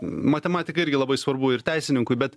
matematika irgi labai svarbu ir teisininkui bet